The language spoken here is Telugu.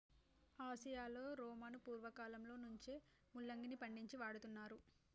ఆసియాలో రోమను పూర్వకాలంలో నుంచే ముల్లంగిని పండించి వాడుతున్నారు